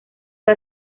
fue